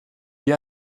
wie